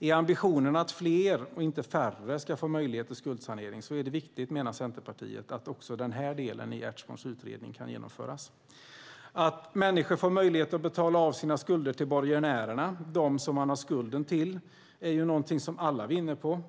Är ambitionen att fler och inte färre ska få möjlighet till skuldsanering menar Centerpartiet att det är viktigt att också den här delen i Ertsborns utredning kan genomföras. Att människor får möjlighet att betala av sina skulder till borgenärerna, alltså de som de har skulden till, är något alla vinner på.